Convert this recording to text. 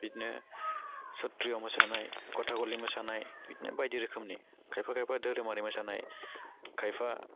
बिदिनो सट्रिअ मोसानाय कथाकलि मोसानाय बिदिनो बायदि रोखोमनि खायफा खायफा दोहोरोमारि मोसानाय खायफा